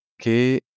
Que